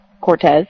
Cortez